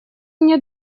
мне